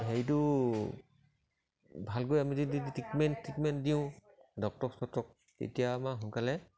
হেৰিটো ভালকৈ আমি যদি ট্ৰিটমেণ্ট চ্ৰিটমেণ্ট দিওঁ ডক্টৰক চক্টৰক তেতিয়া আমাৰ সোনকালে